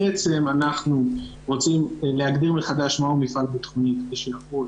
בעצם אנחנו רוצים להגדיר מחדש מהו מפעל ביטחוני כדי שיחול